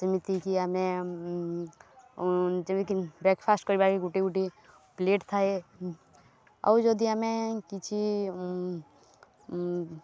ଯେମିତିକି ଆମେ ଯେମିତିି ବ୍ରେକ୍ଫାଷ୍ଟ୍ କରିବା ଗୁଟେ ଗୋଟେ ପ୍ଲେଟ୍ ଥାଏ ଆଉ ଯଦି ଆମେ କିଛି